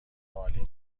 عالی